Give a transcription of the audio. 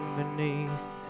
beneath